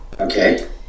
Okay